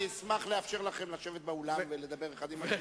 אני אשמח לאפשר לכם לשבת באולם ולדבר אחד עם השני,